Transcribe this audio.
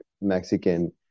mexican